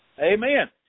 Amen